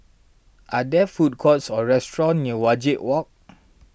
are there food courts or restaurants near Wajek Walk